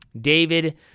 David